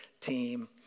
team